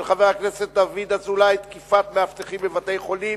של חבר הכנסת דוד אזולאי: תקיפת מאבטחים בבתי-חולים,